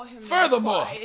furthermore